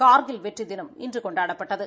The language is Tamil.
கார்கில் வெற்றிதினம் இன்று கொண்டாடப்பட்டது